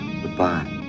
Goodbye